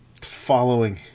following